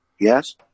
Yes